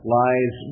lies